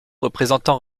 représentant